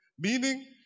Meaning